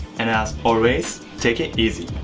and as always. take it easy